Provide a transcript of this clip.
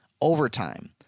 Overtime